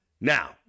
Now